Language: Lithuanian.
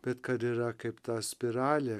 bet kad yra kaip ta spiralė